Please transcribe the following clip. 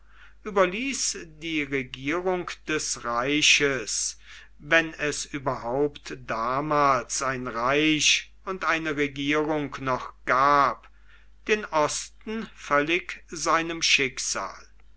überließ die regierung des reiches wenn es überhaupt damals ein reich und eine regierung noch gab den osten völlig seinem schicksal